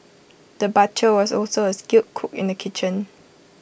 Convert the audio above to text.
the butcher was also A skilled cook in the kitchen